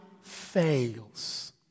fails